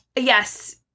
Yes